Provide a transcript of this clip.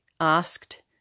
asked